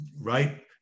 right